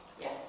Yes